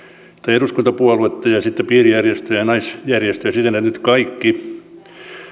eduskuntapuoluetta ja sitten piirijärjestöjä ja naisjärjestöjä kaikki